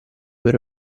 per